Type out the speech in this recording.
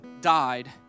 died